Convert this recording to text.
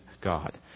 God